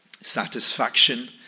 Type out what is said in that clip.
satisfaction